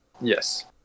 Yes